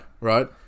right